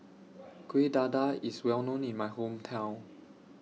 Kueh Dadar IS Well known in My Hometown